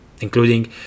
including